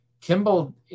Kimball